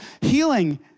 healing